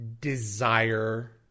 desire